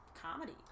comedy